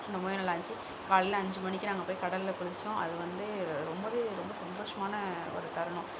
ரொம்ப நல்லாயிருந்துச்சி காலையில் அஞ்சு மணிக்கு நாங்கள் போய் கடலில் குளித்தோம் அது வந்து ரொம்ப ரொம்ப சந்தோஷமான ஒரு தருணம்